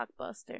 Blockbuster